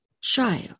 Child